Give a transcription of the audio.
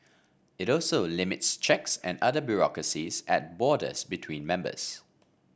it also limits checks and other bureaucracies at borders between members